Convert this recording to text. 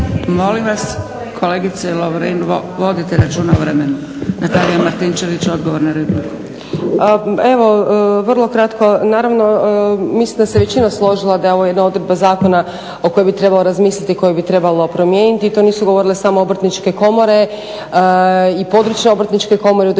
Molim vas kolegice Lovrin, vodite računa o vremenu. Natalija Martinčević, odgovor na repliku. **Martinčević, Natalija (HNS)** Evo vrlo kratko, naravno mislim da se većina složila da je ovo jedna odredba zakona o kojoj bi trebalo razmisliti i koju bi trebalo promijeniti. To nisu govorile samo obrtničke komore i područne obrtničke komore, udruženja